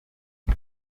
wir